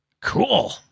cool